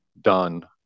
done